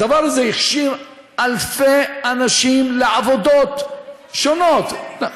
הדבר הזה הכשיר אלפי אנשים לעבודות שונות.